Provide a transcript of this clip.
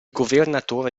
governatore